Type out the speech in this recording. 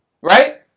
Right